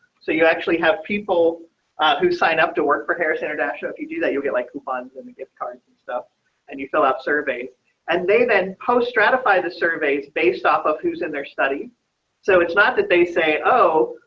so you actually have people who sign up to work for harris introduction. if you do that, you'll get like coupons and gift cards and stuff and you fill out surveys and they then post stratify the surveys based off of who's in their study so it's not that they say, oh,